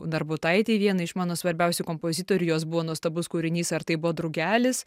darbutaitei vienai iš mano svarbiausių kompozitorių jos buvo nuostabus kūrinys ar tai buvo drugelis